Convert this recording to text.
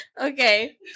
Okay